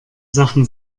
sachen